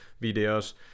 videos